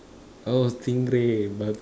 oh stingray b~